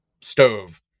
stove